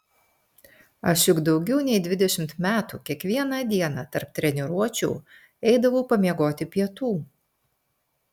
aš juk daugiau nei dvidešimt metų kiekvieną dieną tarp treniruočių eidavau pamiegoti pietų